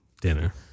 Dinner